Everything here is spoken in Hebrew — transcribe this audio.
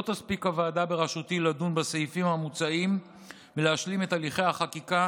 לא תספיק הוועדה בראשותי לדון בסעיפים המוצעים ולהשלים את הליכי החקיקה